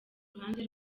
ruhande